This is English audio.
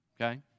okay